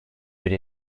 bir